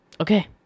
Okay